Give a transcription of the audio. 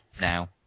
now